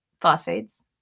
Phosphates